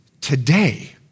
today